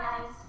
guys